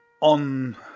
on